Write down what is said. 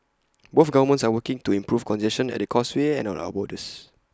both governments are working to improve congestion at the causeway and at our borders